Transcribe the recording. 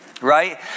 right